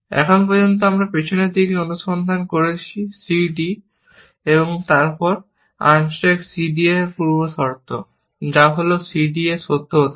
এখন পর্যন্ত আমরা পিছনের দিকে অনুসন্ধান করছি c d এবং তারপর আনস্ট্যাক c d এর পূর্বশর্ত যা হল c d এ সত্য হতে হবে